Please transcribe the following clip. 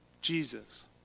Jesus